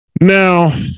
Now